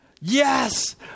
Yes